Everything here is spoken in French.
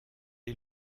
est